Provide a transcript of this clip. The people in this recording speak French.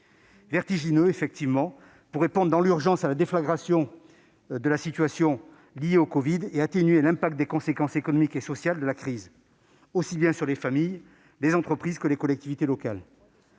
vertigineux !-, et ce pour répondre dans l'urgence à la déflagration de la situation liée au covid-19 et atténuer l'impact des conséquences économiques et sociales de la crise aussi bien sur les familles et les entreprises que sur les collectivités locales.